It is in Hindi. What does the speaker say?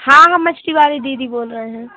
हाँ हम मछली वाले दीदी बोल रहे हैं